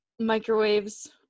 Microwaves